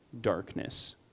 darkness